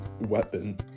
weapon